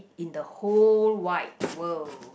in the whole wide world